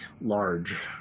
large